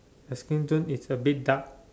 the skin tone is a bit dark